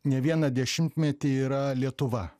ne vieną dešimtmetį yra lietuva